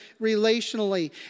relationally